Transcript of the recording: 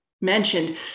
mentioned